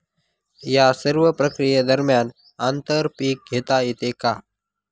या सर्व प्रक्रिये दरम्यान आंतर पीक घेता येते का?